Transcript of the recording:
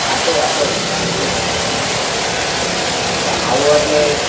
હા તો વાંધો નહિ ચાલશે તમે ત્યારે આવો એટલે